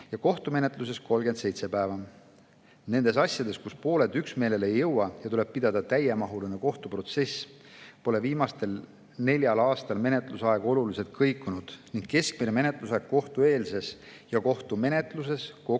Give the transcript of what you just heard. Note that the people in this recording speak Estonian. kohtumenetluses 37 päeva. Nendes asjades, kus pooled üksmeelele ei jõua ja tuleb pidada täiemahuline kohtuprotsess, pole viimasel neljal aastal menetlusaeg oluliselt kõikunud ning keskmine menetlusaeg kohtueelses ja kohtumenetluses kokku